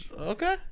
Okay